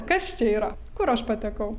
kas čia yra kur aš patekau